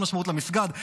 אין משמעות למסגד,